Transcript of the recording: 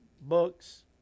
books